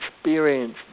experience